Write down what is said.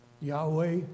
Yahweh